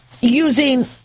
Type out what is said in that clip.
using